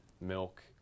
milk